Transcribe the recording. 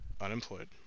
Unemployed